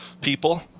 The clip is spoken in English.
people